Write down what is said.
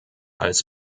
als